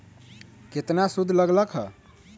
केतना सूद लग लक ह?